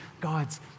God's